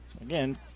Again